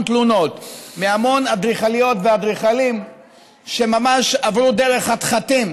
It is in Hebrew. תלונות מהמון אדריכליות ואדריכלים שממש עברו דרך חתחתים